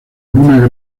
una